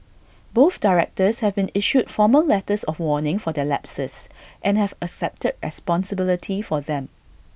both directors have been issued formal letters of warning for their lapses and have accepted responsibility for them